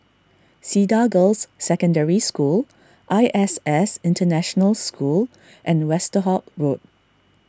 Cedar Girls' Secondary School I S S International School and Westerhout Road